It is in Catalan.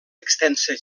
extensa